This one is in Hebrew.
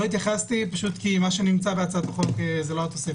לא התייחסתי כי מה שנמצא בהצעת החוק זה לא התוספת.